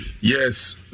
Yes